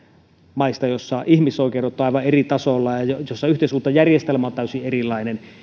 maista joissa ihmisoikeudet ovat aivan eri tasolla ja joissa yhteiskuntajärjestelmä on täysin erilainen